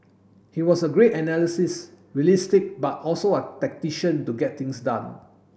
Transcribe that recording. he was a great analyst realistic but also a tactician to get things done